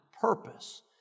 purpose